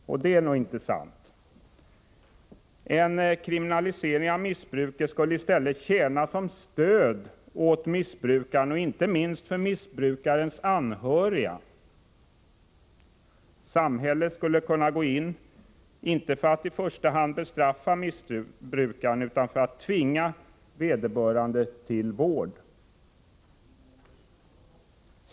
Det är nog inte sant. En kriminalisering av missbruket skulle i stället tjäna som stöd för missbrukaren, och inte minst för missbrukarens anhöriga. Samhället skulle kunna ingripa — inte för att i första hand bestraffa missbrukaren utan för att tvinga vederbörande till vård.